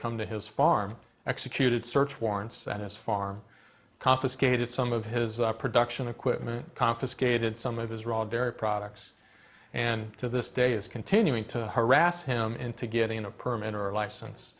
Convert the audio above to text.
come to his farm executed search warrants at his farm confiscated some of his production equipment confiscated some of his raw dairy products and to this day is continuing to harass him into getting a permit or license